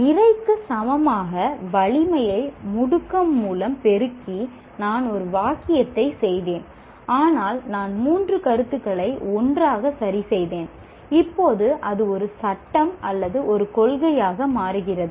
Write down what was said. நிறைக்கு சமமாக வலிமையை முடுக்கம் மூலம் பெருக்கி நான் ஒரு வாக்கியத்தைச் செய்தேன் ஆனால் நான் மூன்று கருத்துக்களை ஒன்றாகச் சரிசெய்தேன் இப்போது அது ஒரு சட்டம் அல்லது ஒரு கொள்கையாக மாறுகிறது